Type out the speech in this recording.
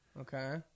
Okay